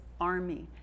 army